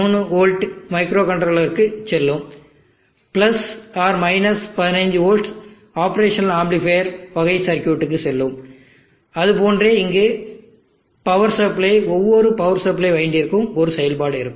3 volt மைக்ரோகண்ட்ரோலருக்குச் செல்லும் 15 volts operational amplifier வகை சர்க்யூட்டுக்கு செல்லும் அதுபோன்றே இங்கு பவர் சப்ளை ஒவ்வொரு பவர் சப்ளை வைண்டிங்கிற்கும் ஒரு செயல்பாடு இருக்கும்